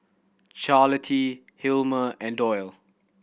Charlottie Hilmer and Doyle